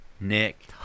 Nick